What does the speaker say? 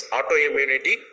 Autoimmunity